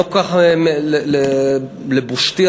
לבושתי,